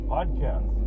Podcast